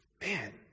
man